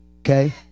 okay